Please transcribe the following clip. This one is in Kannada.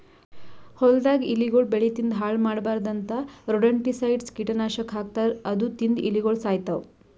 ಹೊಲ್ದಾಗ್ ಇಲಿಗೊಳ್ ಬೆಳಿ ತಿಂದ್ ಹಾಳ್ ಮಾಡ್ಬಾರ್ದ್ ಅಂತಾ ರೊಡೆಂಟಿಸೈಡ್ಸ್ ಕೀಟನಾಶಕ್ ಹಾಕ್ತಾರ್ ಅದು ತಿಂದ್ ಇಲಿಗೊಳ್ ಸಾಯ್ತವ್